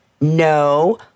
no